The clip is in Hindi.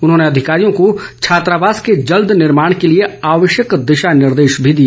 उन्होंने अधिकारियों को छात्रावास के जल्द निर्माण के लिए आवश्यक दिशा निर्देश भी दिए